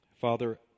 Father